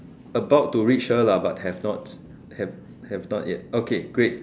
about to reach her lah but have not have have not yet okay great